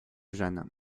jan